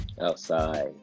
Outside